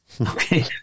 okay